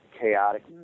chaotic